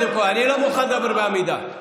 אני לא מוכן שידברו בעמידה.